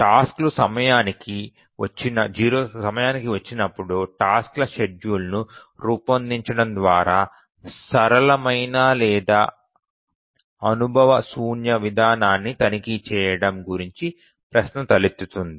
task లు సమయానికి వచ్చినప్పుడు టాస్క్ల షెడ్యూల్ను రూపొందించడం ద్వారా సరళమైన లేదా అనుభవశూన్య విధానాన్ని తనిఖీ చేయడం గురించి ప్రశ్న తలెత్తుతుంది